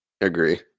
Agree